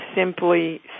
simply